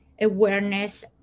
awareness